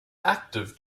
active